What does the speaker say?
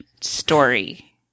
story